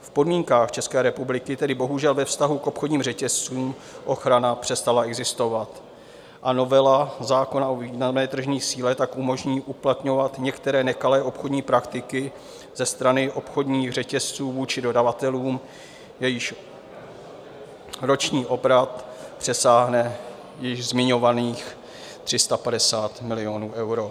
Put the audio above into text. V podmínkách České republiky tedy bohužel ve vztahu k obchodním řetězcům ochrana přestala existovat a novela zákona o významné tržní síle tak umožní uplatňovat některé nekalé obchodní praktiky ze strany obchodních řetězců vůči dodavatelům, jejichž roční obrat přesáhne již zmiňovaných 350 milionů euro.